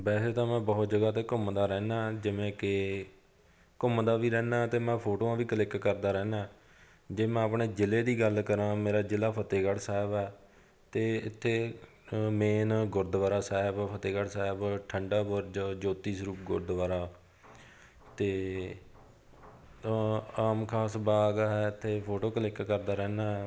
ਵੈਸੇ ਤਾਂ ਮੈਂ ਬਹੁਤ ਜਗ੍ਹਾ 'ਤੇ ਘੁੰਮਦਾ ਰਹਿੰਦਾ ਜਿਵੇਂ ਕਿ ਘੁੰਮਦਾ ਵੀ ਰਹਿੰਦਾ ਅਤੇ ਮੈਂ ਫੋਟੋਆਂ ਵੀ ਕਲਿੱਕ ਕਰਦਾ ਰਹਿੰਦਾ ਜੇ ਮੈਂ ਆਪਣੇ ਜ਼ਿਲ੍ਹੇ ਦੀ ਗੱਲ ਕਰਾਂ ਮੇਰਾ ਜ਼ਿਲ੍ਹਾ ਫਤਿਹਗੜ੍ਹ ਸਾਹਿਬ ਹੈ ਅਤੇ ਇੱਥੇ ਮੇਨ ਗੁਰਦੁਆਰਾ ਸਾਹਿਬ ਫਤਿਹਗੜ੍ਹ ਸਾਹਿਬ ਠੰਡਾ ਬੁਰਜ ਜੋਤੀ ਸਰੂਪ ਗੁਰਦੁਆਰਾ ਅਤੇ ਆਮ ਖਾਸ ਬਾਗ ਹੈ ਇੱਥੇ ਫੋਟੋ ਕਲਿੱਕ ਕਰਦਾ ਰਹਿੰਦਾ